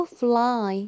fly